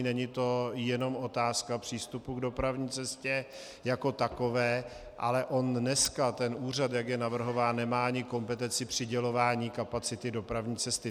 Není to jenom otázka přístupu k dopravní cestě jako takové, ale dneska úřad, jak je navrhován, nemá ani kompetenci přidělování kapacity dopravní cesty.